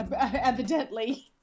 Evidently